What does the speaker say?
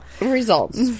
results